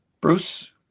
Bruce